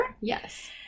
Yes